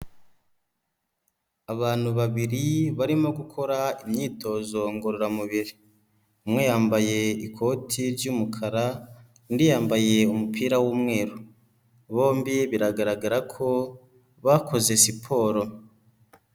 Abantu babiri barimo gukora imyitozo ngororamubiri, umwe yambaye ikoti ry'umukara, undi yambaye umupira w'umweru, bombi biragaragara ko bakoze siporo.